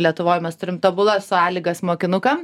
lietuvoj mes turime tobulas sąlygas mokinukam